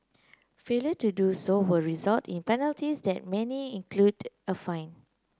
failure to do so will result in penalties that many include a fine